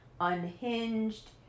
unhinged